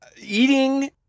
eating